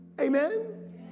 Amen